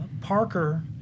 Parker